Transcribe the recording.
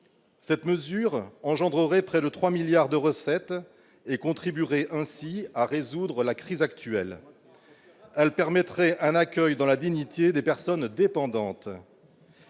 telle mesure apporterait près de 3 milliards d'euros de recettes et contribuerait ainsi à résoudre la crise actuelle. Elle permettrait un accueil dans la dignité des personnes dépendantes.